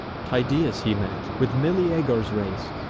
tydeus he met, with meleager's race,